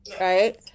right